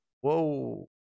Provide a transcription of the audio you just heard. Whoa